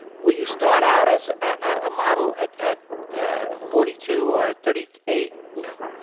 will you start out as a model at at ah forty two or thirty eight? no.